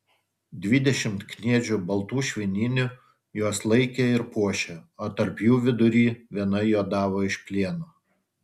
dvidešimt kniedžių baltų švininių juos laikė ir puošė o tarp jų vidury viena juodavo iš plieno